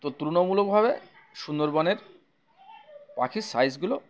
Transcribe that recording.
তো তুলনামূলকভাবে সুন্দরবনের পাখির সাইজগুলো